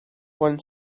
one